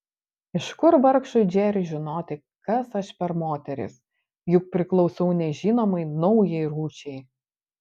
iš kur vargšui džeriui žinoti kas aš per moteris juk priklausau nežinomai naujai rūšiai